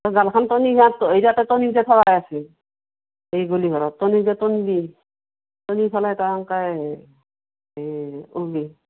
জালখন ত'নি ইতা যে ত'নি তে থোৱা আছে সেই গলিঘৰত ত'নি যে ত'নি দি ত'নি ফেলে তই এনকে এ ওলবি